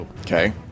Okay